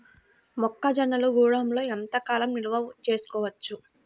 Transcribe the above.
మొక్క జొన్నలు గూడంలో ఎంత కాలం నిల్వ చేసుకోవచ్చు?